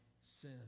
sin